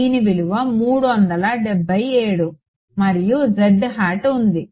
దీని విలువ 377 మరియు z హేట్ ఉంది